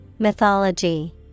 mythology